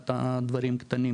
וכל מיני דברים הקטנים